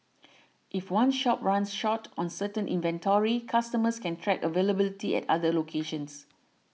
if one shop runs short on certain inventory customers can track availability at other locations